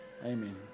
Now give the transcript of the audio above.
amen